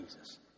Jesus